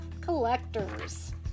collectors